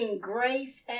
grace